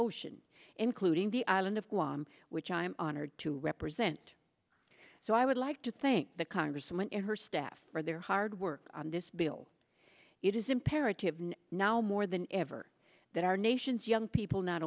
ocean including the island of guam which i am honored to represent so i would like to thank the congresswoman and her staff for their hard work on this bill it is imperative now more than ever that our nation's young people not